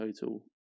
total